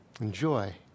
Enjoy